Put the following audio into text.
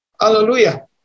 Hallelujah